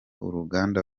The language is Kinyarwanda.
uruganda